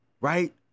right